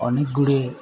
ଅନେକ ଗୁଡିଏ